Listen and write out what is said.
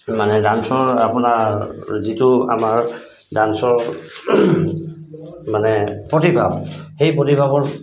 মানে ডান্সৰ আপোনাৰ যিটো আমাৰ ডান্সৰ মানে প্ৰতিভা সেই প্ৰতিভাবোৰ